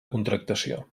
contractació